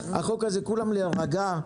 החוק הזה כולם להירגע,